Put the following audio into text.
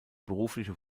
berufliche